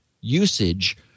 usage